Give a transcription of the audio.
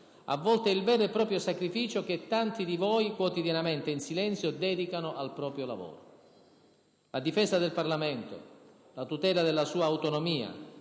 a volte il vero e proprio sacrificio che tanti di voi quotidianamente e in silenzio dedicano al proprio lavoro. La difesa del Parlamento, la tutela della sua autonomia,